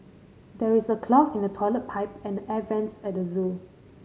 there is a clog in the toilet pipe and air vents at the zoo